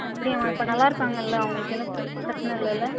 அப்படியாம்மா இப்போ நல்லாயிருக்காங்கல்ல அவங்களுக்கு எதுவும் பிரச்சின இல்லைல்ல